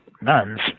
nuns